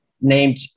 named